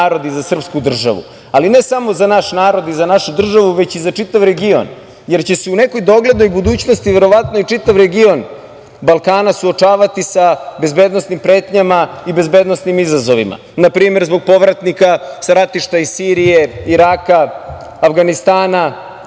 i za srpsku državu, ali ne samo za naš narod i za našu državu, već i za čitav region, jer će se u nekoj doglednoj budućnosti verovatno i čitav region Balkana suočavati sa bezbednosnim pretnjama i bezbednosnim izazovima, na primer, zbog povratnika sa ratišta iz Sirije, Iraka, Avganistana.